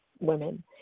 women